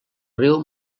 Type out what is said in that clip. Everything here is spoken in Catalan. riu